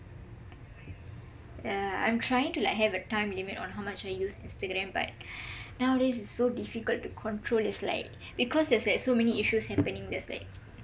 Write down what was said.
uh I'm trying to like have a time limit on how much I use instagram but nowadays is so difficult to control it's lke because there's like so many issues happening there's like